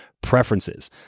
preferences